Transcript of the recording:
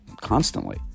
constantly